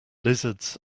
lizards